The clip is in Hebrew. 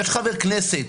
יש חבר כנסת,